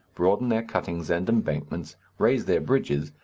broaden their cuttings and embankments, raise their bridges,